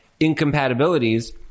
incompatibilities